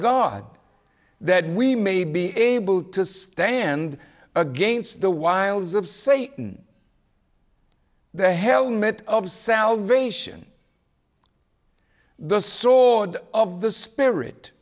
god that we may be able to stand against the wiles of satan the helmet of salvation the saw of the spirit